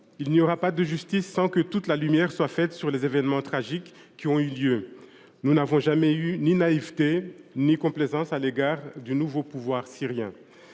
Il n’y aura pas de justice sans que toute la lumière soit faite sur les événements tragiques qui ont eu lieu. Nous n’avons jamais eu ni naïveté ni complaisance à l’égard du nouveau pouvoir syrien.